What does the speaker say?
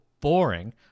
boring